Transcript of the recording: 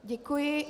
Děkuji.